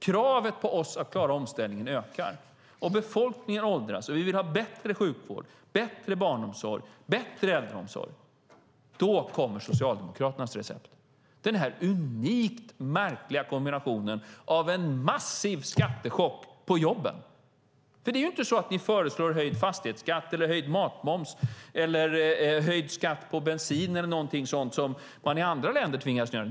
Kravet på oss att klara omställningen ökar. Befolkningen åldras, vi vill ha bättre sjukvård, bättre barnomsorg och bättre äldreomsorg, och då kommer Socialdemokraternas recept, den här unikt märkliga kombinationen med en massiv skattechock på jobben. Ni föreslår ju inte höjd fastighetsskatt, höjd matmoms, höjd skatt på bensin eller något sådant som man tvingas göra i andra länder.